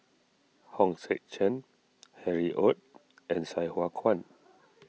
Hong Sek Chern Harry Ord and Sai Hua Kuan